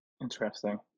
interesting